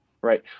right